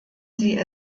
sie